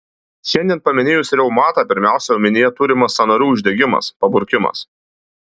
šiandien paminėjus reumatą pirmiausia omenyje turimas sąnarių uždegimas paburkimas